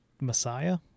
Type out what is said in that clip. Messiah